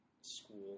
school